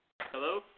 hello